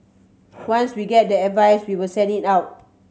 once we get the advice we will send it out